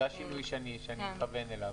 זה השינוי שאני מכוון אליו.